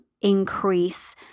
increase